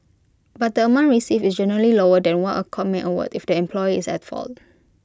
but the amount received is generally lower than what A court may award if the employer is at fault